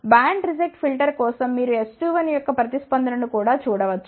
band reject filter కోసం మీరు S21 యొక్క ప్రతిస్పందన ను కూడా చూడ వచ్చు